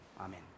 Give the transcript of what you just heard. Amen